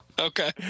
Okay